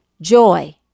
joy